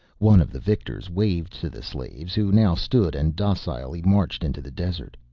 one of the victors waved to the slaves who now stood and docilely marched into the desert.